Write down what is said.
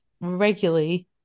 regularly